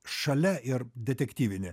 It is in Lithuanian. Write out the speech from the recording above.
šalia ir detektyvinį